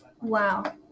Wow